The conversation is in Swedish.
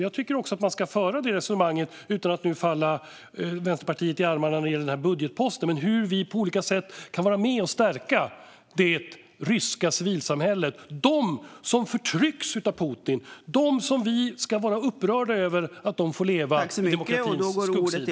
Jag tycker att man ska föra ett resonemang, utan att falla Vänsterpartiet i armarna när det gäller den här budgetposten, om hur vi på olika sätt kan vara med och stärka det ryska civilsamhället, de som förtrycks av Putin, de som vi ska vara upprörda över att de får leva på demokratins skuggsida.